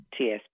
TSP